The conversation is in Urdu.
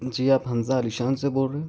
جی آپ حمزہ علی شان سے بول رہے ہو